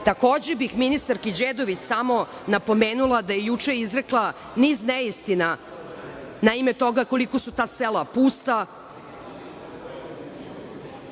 bih ministarki Đedović samo napomenula da je juče izrekla niz neistina na ime toga koliko su ta sela pusta.